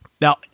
Now